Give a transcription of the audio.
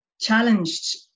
challenged